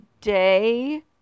day